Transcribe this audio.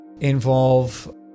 involve